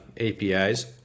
APIs